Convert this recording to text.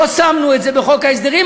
לא שמנו את זה בחוק ההסדרים,